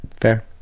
fair